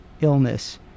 illness